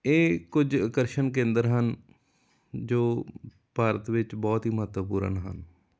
ਇਹ ਕੁਝ ਆਕਰਸ਼ਣ ਕੇਂਦਰ ਹਨ ਜੋ ਭਾਰਤ ਵਿੱਚ ਬਹੁਤ ਹੀ ਮਹੱਤਵਪੂਰਨ ਹਨ